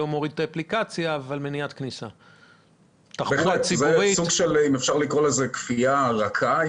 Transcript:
זה בהחלט סוג של כפייה רכה.